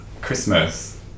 Christmas